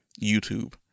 YouTube